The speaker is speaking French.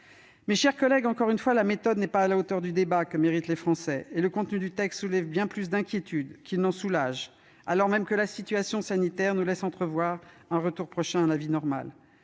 Mes chers collègues, encore une fois, la méthode n'est pas à la hauteur du débat que méritent les Français. Le contenu du texte suscite bien plus d'inquiétudes qu'il n'en calme, alors même que la situation sanitaire nous laisse entrevoir un retour prochain à une vie normale.